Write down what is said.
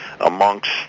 amongst